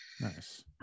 Nice